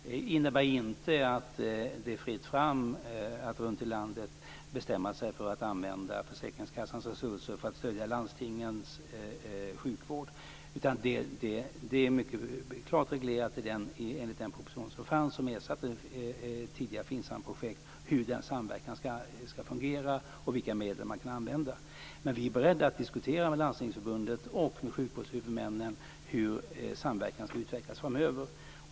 Detta innebär inte att det är fritt fram runtom i landet att bestämma sig för att använda försäkringskassans resurser för att följa landstingens sjukvård. Det är mycket klart reglerat enligt den proposition som ersatte tidigare FINSAM-projekt hur den samverkan ska fungera och vilka medel som kan användas. Vi är beredda att diskutera med Landstingsförbundet och med sjukvårdshuvudmännen hur samverkan ska utvecklas framöver.